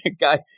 guy